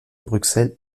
bruxelles